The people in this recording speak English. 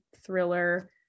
thriller